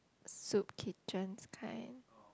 soup kitchens kind